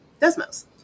Desmos